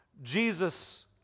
Jesus